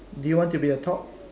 do you want to be a top